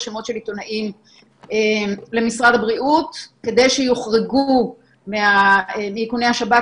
שמות של עיתונאים למשרד הבריאות כדי שיוחרגו מאיכוני השב"כ.